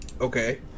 Okay